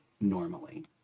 normally